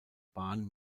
bahn